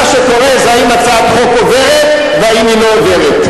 מה שקורה זה האם הצעת חוק עוברת והאם היא לא עוברת.